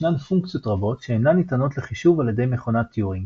ישנן פונקציות רבות שאינן ניתנות לחישוב על ידי מכונת טיורינג,